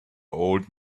old